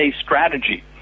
strategy